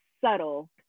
subtle